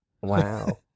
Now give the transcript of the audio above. Wow